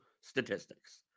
statistics